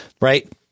right